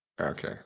Okay